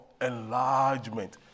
enlargement